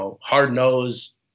hard-nosed